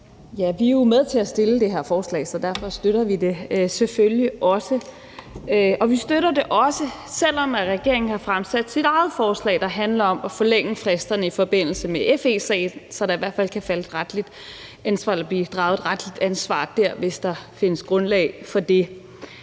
Vi er jo med til at fremsætte det her forslag, så derfor støtter vi det selvfølgelig, også selv om regeringen har fremsat sit eget forslag om at forlænge fristerne i forbindelse med FE-sagen, så der i hvert fald kan blive draget et retligt ansvar der, hvis der findes grundlag for det.